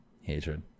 Hatred